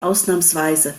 ausnahmsweise